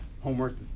homework